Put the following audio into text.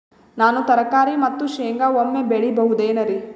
ನಾನು ತರಕಾರಿ ಮತ್ತು ಶೇಂಗಾ ಒಮ್ಮೆ ಬೆಳಿ ಬಹುದೆನರಿ?